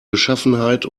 beschaffenheit